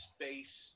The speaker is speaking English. space